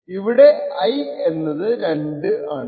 ഇവിടെ I എന്നത് 2 ആണ്